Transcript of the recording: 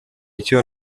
icyo